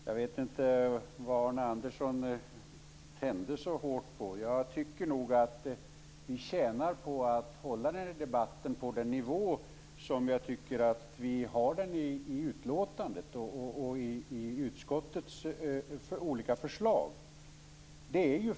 Herr talman! Jag vet inte vad Arne Andersson tände så hårt på. Jag tycker nog att vi tjänar på att hålla debatten på den nivå som jag tycker att vi har i utskottets olika förslag.